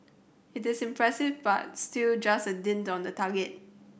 it is impressive but still just a dint on the target